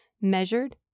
measured